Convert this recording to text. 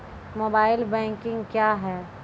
Mobile banking क्या हैं?